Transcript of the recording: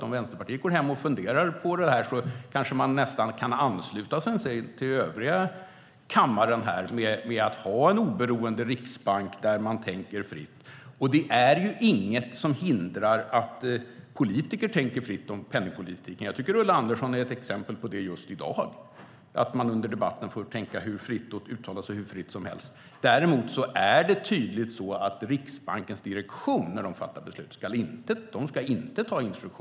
Om Vänsterpartiet funderar över det här kanske de nästan kan ansluta sig till den övriga kammaren när det gäller att ha en oberoende riksbank där man tänker fritt. Det är inget som hindrar att politiker tänker fritt om penningpolitiken. Jag tycker att Ulla Andersson just i dag är ett exempel på att man under debatten får tänka och uttala sig hur fritt som helst. Däremot ska Riksbankens direktion inte ta instruktioner när man fattar beslut.